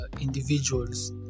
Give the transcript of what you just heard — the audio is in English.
individuals